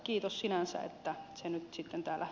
kiitos sinänsä että se nyt sitten täällä